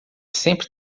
sempre